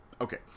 Okay